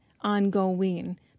ongoing